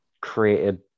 created